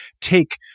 take